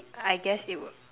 I guess it will